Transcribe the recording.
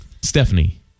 Stephanie